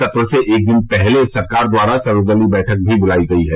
सत्र से एक दिन पहले सरकार द्वारा सर्वदलीय बैठक भी बुलाई गई है